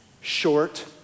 short